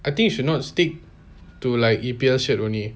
I think you should not stick to like E_P_L shirt only